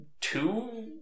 two